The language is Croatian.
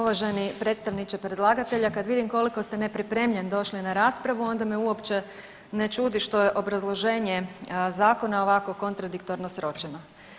Uvaženi predstavniče predlagatelja, kad vidim koliko ste nepripremljen došli na raspravu onda me uopće ne čudi što je obrazloženje zakona ovako kontradiktorno sročeno.